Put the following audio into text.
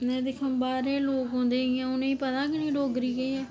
इंया दिक्खो आं बाह्रे दे लोक औंदे ते उनेंगी पता गै नेईं डोगरी केह् ऐ